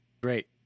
great